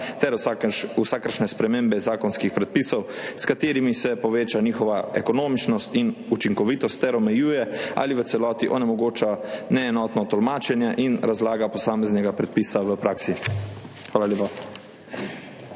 ter vsakršne spremembe zakonskih predpisov, s katerimi se poveča njihova ekonomičnost in učinkovitost ter omejuje ali v celoti onemogoča neenotno tolmačenje in razlaga posameznega predpisa v praksi. Hvala lepa.